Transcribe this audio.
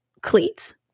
cleats